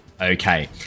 Okay